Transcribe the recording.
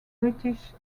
british